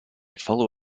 follow